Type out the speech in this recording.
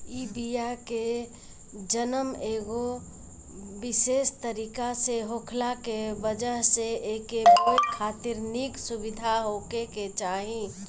इ बिया के जनम एगो विशेष तरीका से होखला के वजह से एके बोए खातिर निक सुविधा होखे के चाही